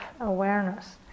awareness